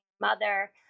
mother